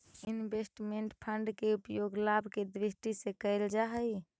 investment fund के उपयोग लाभ के दृष्टि से कईल जा हई